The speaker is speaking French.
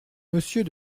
monsieur